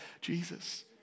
Jesus